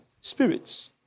Spirits